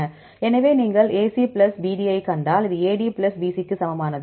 எனவே நீங்கள் AC plus BD யைக் கண்டால் இது AD பிளஸ் BC க்கு சமமானது